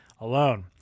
alone